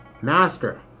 Master